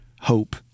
hope